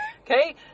Okay